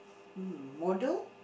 mm model